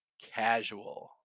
casual